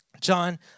John